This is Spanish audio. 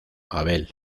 abel